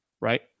right